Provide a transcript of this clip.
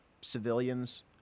civilians